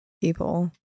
people